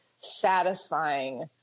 satisfying